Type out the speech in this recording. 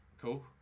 Cool